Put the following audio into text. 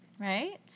right